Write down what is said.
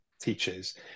teachers